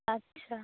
আচ্ছা